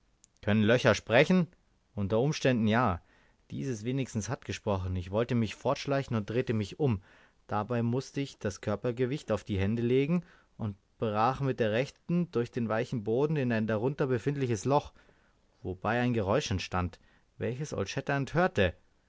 können löcher sprechen unter umständen ja dieses wenigstens hat gesprochen ich wollte mich fortschleichen und drehte mich um dabei mußte ich das körpergewicht auf die hände legen und brach mit der rechten durch den weichen boden in ein darunter befindliches loch wobei ein geräusch entstand welches old shatterhand hörte